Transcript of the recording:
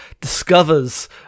discovers